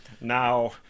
Now